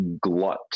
glut